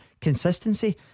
Consistency